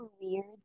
weird